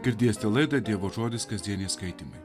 girdėsitę laidą dievo žodis kasdieniai skaitymai